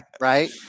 right